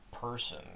person